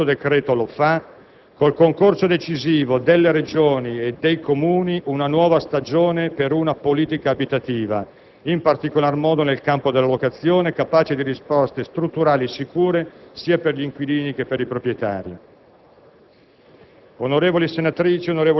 Si tratta di avviare, e questo decreto lo fa, con il concorso decisivo delle Regioni e dei Comuni, una nuova stagione per una politica abitativa, in particolar modo nel campo della locazione, capace di risposte strutturali e sicure sia per gli inquilini che per i proprietari.